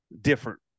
different